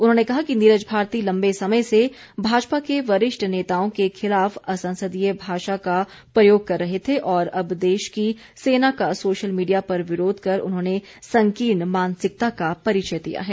उन्होंने कहा कि नीरज भारती लंबे समय से भाजपा के वरिष्ठ नेताओं के खिलाफ असंसदीय भाषा का प्रयोग कर रहे थे और अब देश की सेना का सोशल मीडिया पर विरोध कर उन्होंने संकीर्ण मानसिकता का परिचय दिया है